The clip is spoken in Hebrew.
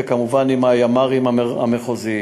וכמובן עם הימ"רים המחוזיים.